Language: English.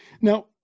Now